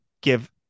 give